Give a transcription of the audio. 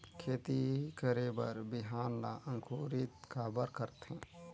खेती करे बर बिहान ला अंकुरित काबर करथे?